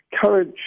courage